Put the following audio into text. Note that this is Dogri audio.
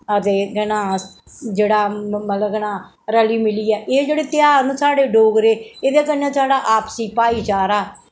हां ते केह् नां जेह्ड़ा मतलब कि नां रली मिलियै एह् जेह्ड़े तेहार न साढ़े डोगरे एह्दे कन्नै साढ़ा आपसी भाई चारा